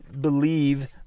believe